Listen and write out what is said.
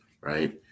right